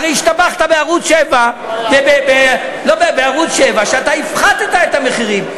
הרי השתבחת בערוץ 7 שאתה הפחתָ את המחירים.